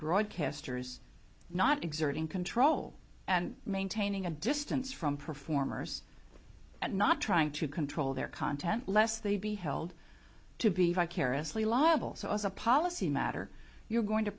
broadcasters not exerting control and maintaining a distance from performers and not trying to control their content lest they be held to be vicariously liable so as a policy matter you're going to